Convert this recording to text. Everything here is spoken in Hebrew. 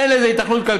אין לזה היתכנות מוסרית,